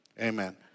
Amen